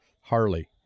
harley